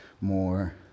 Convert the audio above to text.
more